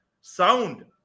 sound